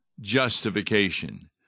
justification